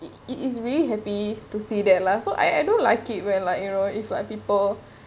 it it is really happy to see that lah so I I don't like it when like you know if like people